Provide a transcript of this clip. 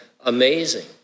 amazing